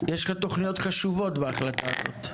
יש לכם תוכניות חשובות בהחלטה הזאת.